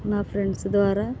మా ఫ్రెండ్స్ ద్వారా